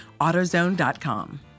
AutoZone.com